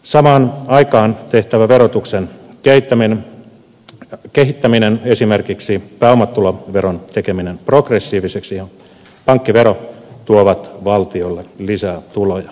samaan aikaan tehtävä verotuksen kehittäminen esimerkiksi pääomatuloveron tekeminen progressiiviseksi ja pankkivero tuovat valtiolle lisää tuloja